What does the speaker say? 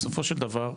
בסופו של דבר,